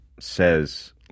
says